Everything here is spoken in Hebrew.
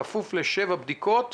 בכפוף ל-7 בדיקות.